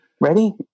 ready